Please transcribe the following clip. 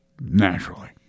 naturally